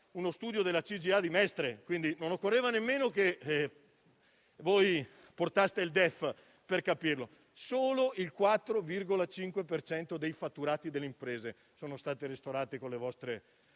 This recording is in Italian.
uno studio della CGIA di Mestre - non occorreva nemmeno che voi portaste il DEF per capirlo - solo il 4,5 per cento dei fatturati delle imprese sono stati ristorati con le vostre